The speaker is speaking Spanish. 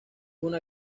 una